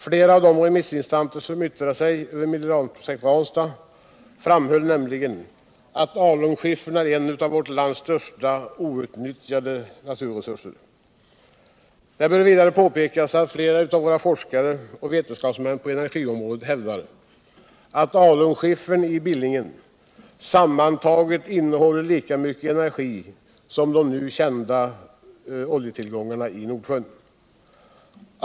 Flera av de remissinstanser, som yttrat sig i anledning av Mineralprojekt Ranstad, framhöll att alunskiffern är en av vårt lands största outnyttjade naturresurser. Det bör vidare påpekas att flera av våra forskare och vetenskapsmän på energiområdet hävdar att alunskiffern i Billingen sammantaget innehåller lika mycket energi som de nu kända oljetillgångarna i Nordsjön.